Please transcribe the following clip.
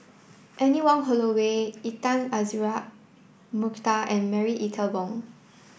Anne Wong Holloway Intan Azura Mokhtar and Marie Ethel Bong